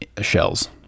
shells